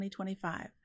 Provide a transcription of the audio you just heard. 2025